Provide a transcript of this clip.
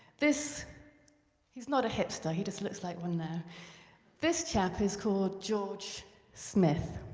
this he's not a hipster, he just looks like one there this chap is called george smith.